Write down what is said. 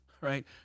right